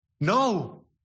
No